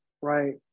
right